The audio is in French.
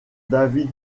david